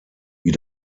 wie